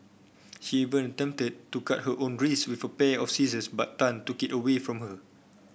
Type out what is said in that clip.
she even attempted to cut her own wrists with a pair of scissors but Tan took it away from her